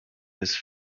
his